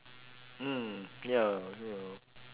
mm ya ya